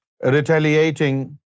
Retaliating